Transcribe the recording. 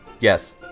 Yes